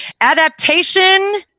adaptation